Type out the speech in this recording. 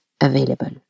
available